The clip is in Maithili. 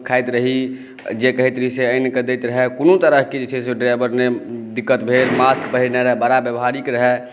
खाइत रही जे कहैत रही से आनिकऽ दैत रहए कोनो तरहकेँ जे छै से ओ ड्राइवर नहि दिक्कत भेल मास्क पहिरने रहए बड़ा व्यावहारिक रहए